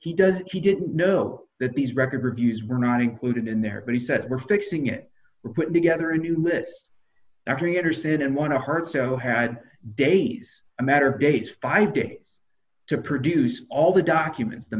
says he does he didn't know that these records reviews were not included in there but he said we're fixing it we're putting together a new list every interested and want to hurt so had days a matter of days five days to produce all the documents the